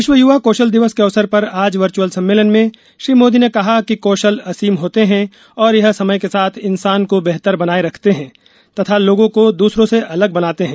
विश्व युवा कौशल दिवस के अवसर पर आज वर्चुअल सम्मेलन में श्री मोदी ने कहा कि कौशल असीम होते हैं और यह समय के साथ इंसान को बेहतर बनाए रखते हैं तथा लोगों को दूसरों से अलग बनाते हैं